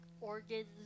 organs